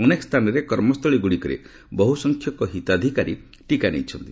ଅନେକ ସ୍ଥାନରେ କର୍ମସ୍ଥଳୀଗ୍ରଡିକରେ ବହୁସଂଖ୍ୟକ ହିତାଧିକାରୀ ଟିକା ନେଇଛନ୍ତି